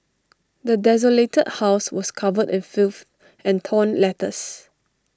the desolated house was covered in filth and torn letters